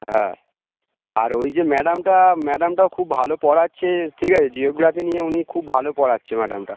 হ্যাঁ আর ওই যে ম্যাডামটা ম্যাডামটাও খুব ভালো পড়াচ্ছে ঠিক আছে জিওগ্রাফি নিয়ে উনি খুব ভালো পড়াচ্ছে ম্যাডামটা